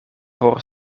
por